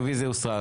הרביזיה הוסרה.